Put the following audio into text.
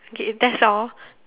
K that's all